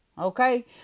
Okay